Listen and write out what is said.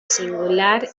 singular